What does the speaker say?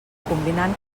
combinant